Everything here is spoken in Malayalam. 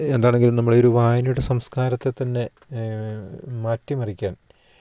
എന്താണെങ്കിലും നമ്മുടെ ഒരു വായനയുടെ സംസ്കാരത്തെ തന്നെ മാറ്റിമറിക്കാൻ